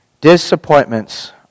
Disappointments